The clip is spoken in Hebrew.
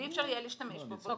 אי אפשר יהיה להשתמש בו.